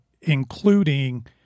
including